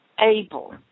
able